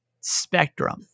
spectrum